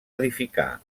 edificar